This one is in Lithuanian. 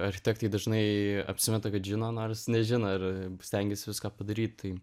architektai dažnai apsimeta kad žino nors nežino ir stengiasi viską padaryt tai